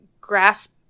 grasp